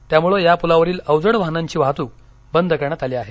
त्यामुळे या पुलावरील अवजड वाहनांची वाहतुक बंद करण्यात आली आहे